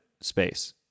space